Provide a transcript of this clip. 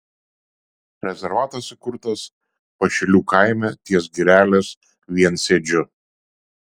rezervatas įkurtas pašilių kaime ties girelės viensėdžiu